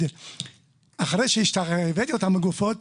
אחרי שהבאתי את אותן הגופות,